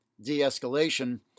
de-escalation